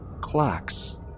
clocks